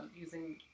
using